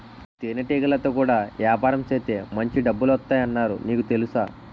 తేనెటీగలతో కూడా యాపారం సేత్తే మాంచి డబ్బులొత్తాయ్ అన్నారు నీకు తెలుసా?